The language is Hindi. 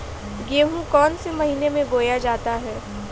गेहूँ कौन से महीने में बोया जाता है?